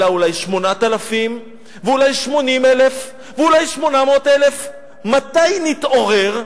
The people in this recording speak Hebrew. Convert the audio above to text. אלא אולי 8,000 ואולי 80,000 ואולי 800,000. מתי נתעורר?